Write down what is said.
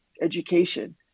education